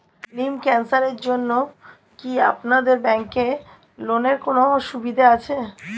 Lymph ক্যানসারের জন্য কি আপনাদের ব্যঙ্কে লোনের কোনও সুবিধা আছে?